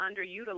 underutilized